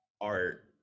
art